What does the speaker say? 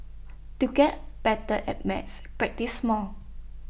to get better at maths practise more